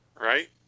right